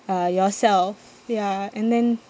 uh yourself ya and then